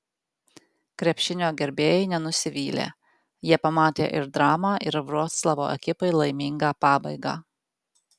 krepšinio gerbėjai nenusivylė jie pamatė ir dramą ir vroclavo ekipai laimingą pabaigą